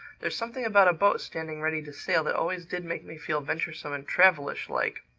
there's something about a boat standing ready to sail that always did make me feel venturesome and travelish-like.